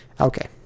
Okay